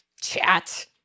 chat